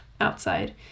outside